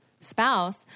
spouse